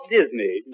Disney